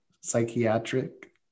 psychiatric